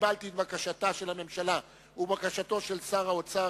קיבלתי את בקשתה של הממשלה ובקשתו של שר האוצר